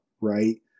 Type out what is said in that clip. right